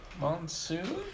Monsoon